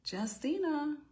Justina